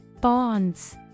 bonds